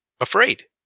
afraid